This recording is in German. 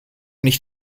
nicht